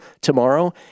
tomorrow